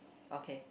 okay